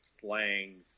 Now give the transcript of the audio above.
slang